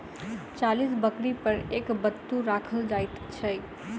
चालीस बकरी पर एक बत्तू राखल जाइत छै